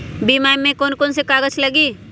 बीमा में कौन कौन से कागज लगी?